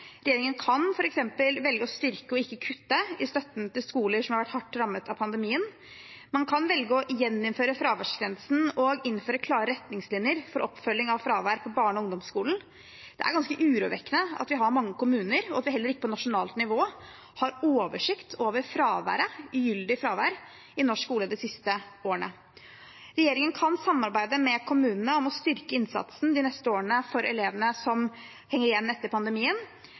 Regjeringen kan f.eks. velge å styrke og ikke kutte i støtten til skoler som har vært hardt rammet av pandemien. Man kan velge å gjeninnføre fraværsgrensen og innføre klare retningslinjer for oppfølging av fravær på barne- og ungdomsskolen. Det er ganske urovekkende at vi har mange kommuner som ikke har oversikt – og det har man heller ikke på nasjonalt nivå – over ugyldig fravær i norsk skole de siste årene. Regjeringen kan videre samarbeide med kommunene om å styrke innsatsen de neste årene for elevene som henger igjen etter pandemien,